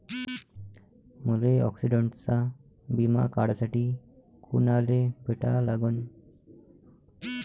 मले ॲक्सिडंटचा बिमा काढासाठी कुनाले भेटा लागन?